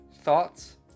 thoughts